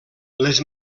les